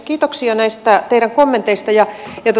kiitoksia näistä teidän kommenteistanne